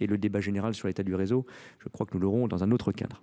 et le débat général sur l'état du réseau, je crois que nous l'aurons dans un autre cadre.